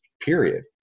period